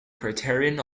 criterion